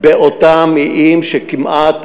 באותם איים שכמעט,